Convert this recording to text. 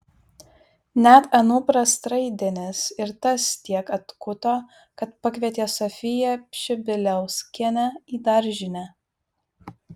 net anupras traidenis ir tas tiek atkuto kad pakvietė sofiją pšibiliauskienę į daržinę